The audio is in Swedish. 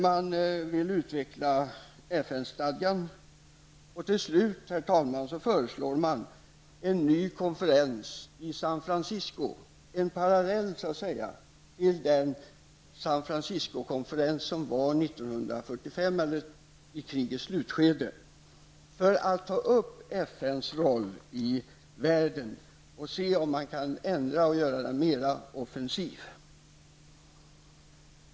Man vill utveckla FN-stadgan, och till slut, herr talman, föreslår man en ny konferens i San Francisco -- en parallell så att säga till den San Francisco-konferens som genomfördes i andra världskrigets slutskede -- för att ta upp FNs roll i världen och se om man kan ändra den och göra den mera offensiv.